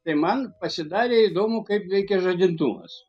tai man pasidarė įdomu kaip veikia žadintuvas